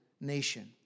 nation